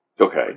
Okay